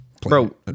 Bro